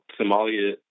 Somalia